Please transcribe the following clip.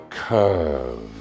curve